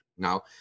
Now